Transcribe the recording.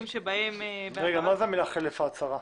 מה זה "חלף ההצהרה"?